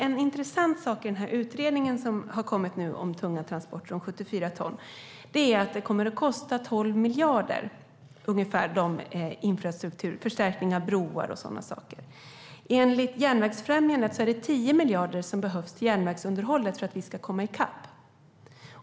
En intressant sak i den utredning som nu har kommit om tunga transporter med 74 ton är att det kommer att kosta ungefär 12 miljarder. Det är vad infrastruktur, förstärkning av broar och sådana saker kommer att kosta. Enligt Järnvägsfrämjandet är det 10 miljarder som behövs till järnvägsunderhållet för att vi ska komma i kapp.